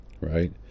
right